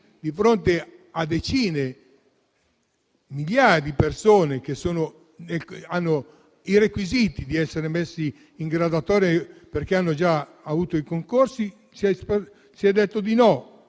di fronte a migliaia di persone, che presentano i requisiti per essere messi in graduatoria perché hanno già passato i concorsi, si è detto di no.